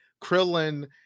Krillin